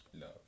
love